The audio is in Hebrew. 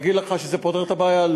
להגיד לך שזה פותר את הבעיה?